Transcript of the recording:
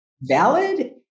valid